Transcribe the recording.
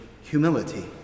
humility